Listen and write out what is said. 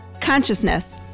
consciousness